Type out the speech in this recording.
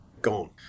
gone